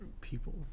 people